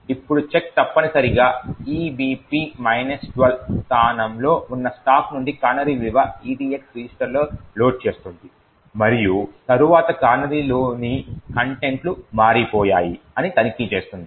ఇప్పుడు చెక్ తప్పనిసరిగా EBP 12 స్థానంలో ఉన్న స్టాక్ నుండి కానరీ విలువను EDX రిజిస్టర్లో లోడ్ చేస్తుంది మరియు తరువాత కానరీలోని కంటెంట్ లు మారిపోయాయా అని తనిఖీ చేస్తుంది